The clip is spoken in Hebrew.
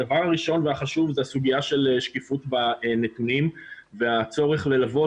הדבר הראשון והחשוב זו הסוגיה של שקיפות בנתונים והצורך ללוות